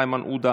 איימן עודה,